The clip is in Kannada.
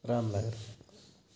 ರಾಮನಗರ